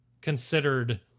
considered